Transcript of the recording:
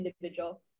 individual